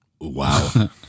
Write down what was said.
Wow